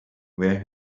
where